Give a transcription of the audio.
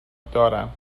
دارم